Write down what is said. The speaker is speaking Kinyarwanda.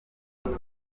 icyo